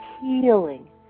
healing